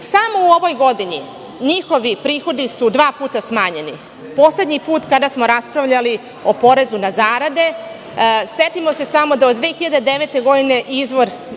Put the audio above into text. Samo u ovoj godini njihovi prihodi su dva puta smanjeni. Poslednji put kada smo raspravljali o porezu na zarade, setimo se samo da od 2009. godine izvor